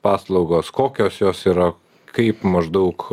paslaugos kokios jos yra kaip maždaug